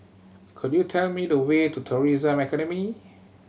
could you tell me the way to Tourism Academy